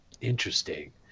Interesting